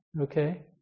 Okay